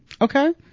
Okay